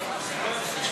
אינו נוכח רחל עזריה,